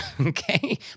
Okay